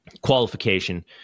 qualification